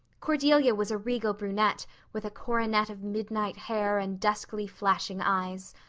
cordelia was a regal brunette with a coronet of midnight hair and duskly flashing eyes.